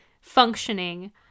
functioning